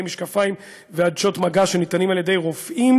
משקפיים ועדשות מגע שניתנים על ידי רופאים